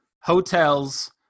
hotels